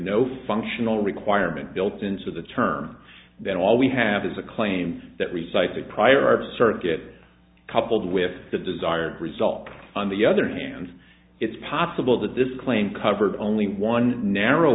no functional requirement built into the term then all we have is a claim that recites a prior art circuit coupled with the desired result on the other hand it's possible that this claim covered only one narrow